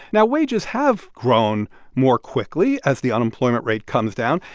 now, wages have grown more quickly as the unemployment rate comes down.